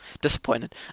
Disappointed